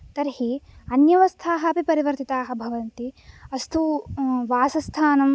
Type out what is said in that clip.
तर्हि अन्यावस्थाः अपि परिवर्तिताः भवन्ति अस्तु वासस्थानं